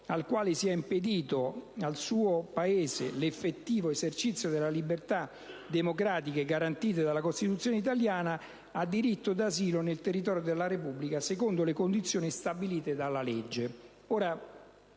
al quale sia impedito nel suo Paese l'effettivo esercizio delle libertà democratiche garantite dalla Costituzione italiana, ha diritto d'asilo nel territorio della Repubblica, secondo le condizioni stabilite dalla legge».